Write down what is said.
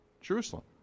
Jerusalem